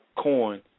coin